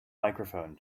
microphone